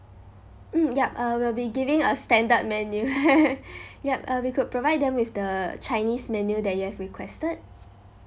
mm yup uh we'll be giving a standard menu yup uh we could provide them with the chinese menu that you have requested